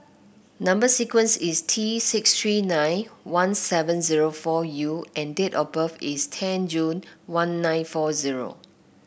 number sequence is T six three nine one seven zero four U and date of birth is ten June one nine four zero